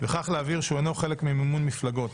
וכך להבהיר שהוא אינו חלק ממימון המפלגות.